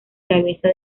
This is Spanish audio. cabeza